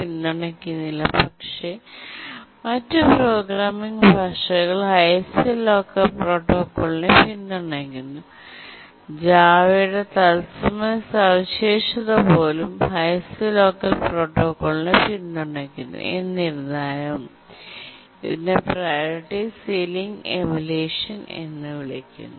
പിന്തുണയ്ക്കുന്നില്ല പക്ഷേ മറ്റ് പ്രോഗ്രാമിംഗ് ഭാഷകൾ ഹൈഎസ്റ് ലോക്കർ പ്രോട്ടോക്കോളിനെhighest locker protocol പിന്തുണയ്ക്കുന്നു ജാവയുടെ തത്സമയ സവിശേഷത പോലും ഹൈഎസ്റ് ലോക്കർ പ്രോട്ടോക്കോളിനെhighest locker protocol പിന്തുണയ്ക്കുന്നു എന്നിരുന്നാലും ഇതിനെ പ്രിയോറിറ്റി സീലിംഗ് എമുലേഷൻ എന്ന് വിളിക്കുന്നു